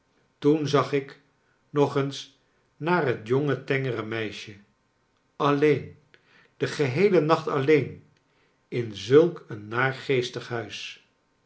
toen zag ik nog eens naar het jonge tengere meisje alleen den geheelen nacht alleen in zulk een naargeestig huis